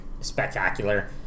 spectacular